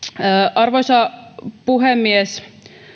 arvoisa puhemies